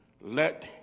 let